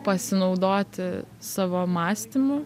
pasinaudoti savo mąstymu